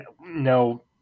no